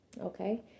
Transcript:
okay